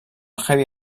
heavy